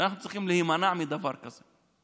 אנחנו צריכים להימנע בדבר כזה?